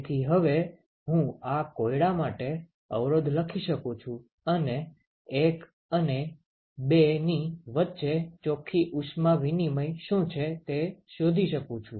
તેથી હવે હું આ કોયડા માટે અવરોધ લખી શકું છું અને 1 અને 2 ની વચ્ચે ચોખ્ખી ઉષ્મા વિનિમય શું છે તે શોધી શકુ છુ